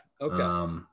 okay